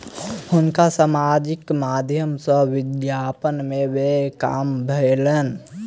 हुनका सामाजिक माध्यम सॅ विज्ञापन में व्यय काम भेलैन